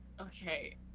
Okay